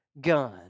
gun